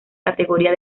categoría